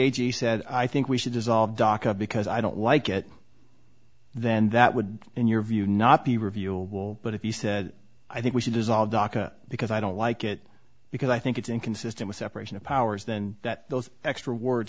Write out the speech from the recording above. g said i think we should dissolve docket because i don't like it then that would in your view not be reviewable but if you said i think we should dissolve dhaka because i don't like it because i think it's inconsistent with separation of powers than that those extra words